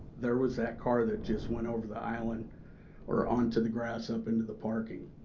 there was that car that just went over the island or onto the grass up into the parking.